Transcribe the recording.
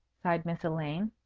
sighed miss elaine.